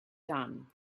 done